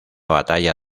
batalla